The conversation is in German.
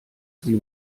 sie